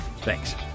Thanks